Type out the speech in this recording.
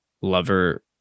lover